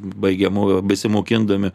baigiamųjų besimokindami